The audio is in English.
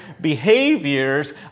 behaviors